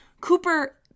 Cooper